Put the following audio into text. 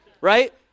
right